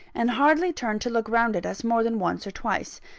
and hardly turned to look round at us more than once or twice.